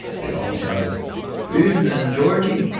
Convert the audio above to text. they all shouted evenin, georgie!